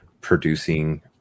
producing